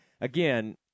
again